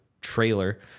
trailer